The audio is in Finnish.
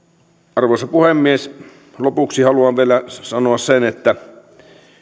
arvoisa puhemies lopuksi haluan vielä sanoa sen että